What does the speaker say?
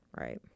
Right